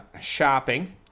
shopping